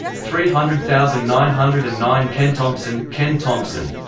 three hundred thousand nine hundred and nine kenthompson kenthompson